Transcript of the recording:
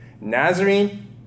Nazarene